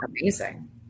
amazing